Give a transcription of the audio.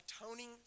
atoning